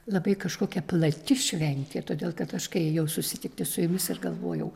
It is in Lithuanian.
labai kažkokia plati šventė todėl kad aš kai ėjau susitikti su jumis ir galvojau